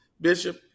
Bishop